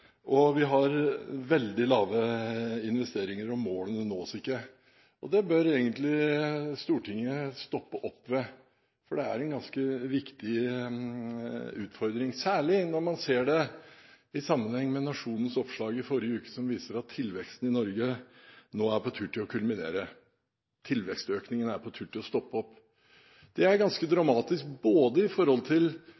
vi har veldig lave investeringer, og målene nås ikke. Det bør egentlig Stortinget stoppe opp ved, for det er en ganske viktig utfordring – særlig når vi ser det i sammenheng med Nationens oppslag i forrige uke som viser at tilveksten i Norge nå er på tur til å kulminere – tilvekstøkningen er på tur til å stoppe opp. Det er ganske